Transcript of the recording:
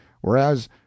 whereas